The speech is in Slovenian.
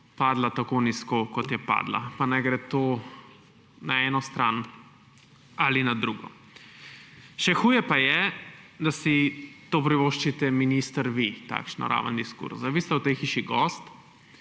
padla tako nizko, kot je padla, pa naj gre to na eno stran ali na drugo. Še huje pa je, da si to privoščite, minister, vi, takšno raven diskurza. Vi ste v tej hiši gost.